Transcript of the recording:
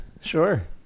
Sure